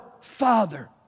Father